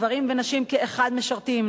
גברים ונשים כאחד משרתים,